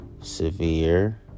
severe